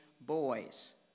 boys